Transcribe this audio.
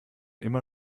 immer